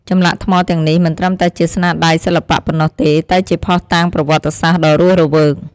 ចម្លាក់ថ្មទាំងនេះមិនត្រឹមតែជាស្នាដៃសិល្បៈប៉ុណ្ណោះទេ តែជាភស្តុតាងប្រវត្តិសាស្ត្រដ៏រស់រវើក។